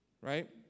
right